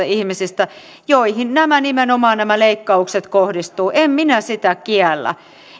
ihmisistä joihin nimenomaan nämä leikkaukset kohdistuvat en minä sitä kiellä